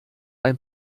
ein